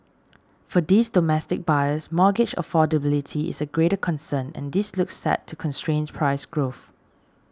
for these domestic buyers mortgage affordability is a greater concern and this looks set to constrain price growth